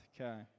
okay